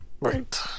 Right